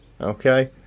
Okay